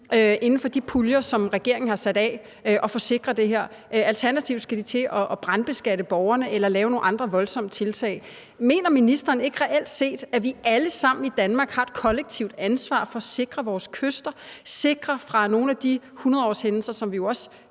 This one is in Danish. inden for de puljer, som regeringen har sat af. Alternativt skal de til at brandbeskatte borgerne eller lave nogle andre voldsomme tiltag. Mener ministeren ikke reelt set, at vi alle sammen i Danmark har et kollektivt ansvar for at sikre vores kyster og at sikre os mod nogle af de hundredårshændelser, som vi jo også